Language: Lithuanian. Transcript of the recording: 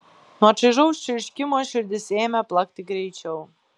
nuo čaižaus čirškimo širdis ėmė plakti greičiau